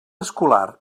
escolar